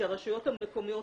וכשהרשויות המקומיות,